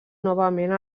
novament